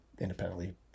independently